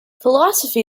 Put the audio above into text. philosophy